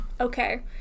Okay